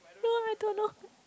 no I don't know